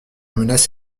menace